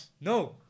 No